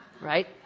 Right